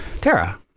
Tara